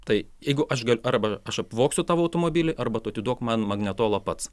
tai jeigu aš galiu arba aš apvogsiu tavo automobilį arba tu atiduok man magnetolą pats